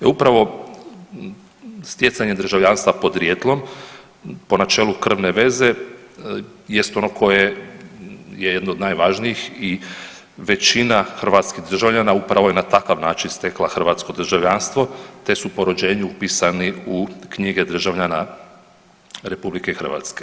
Upravo stjecanje državljanstva podrijetlom po načelu krvne veze jest ono koje je jedno od najvažnijih i većina hrvatskih državljana upravo je na takav način stekla hrvatsko državljanstvo te su po rođenju upisani u knjige državljana RH.